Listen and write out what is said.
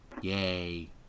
yay